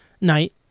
night